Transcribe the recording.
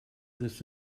this